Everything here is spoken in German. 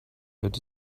wird